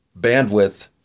bandwidth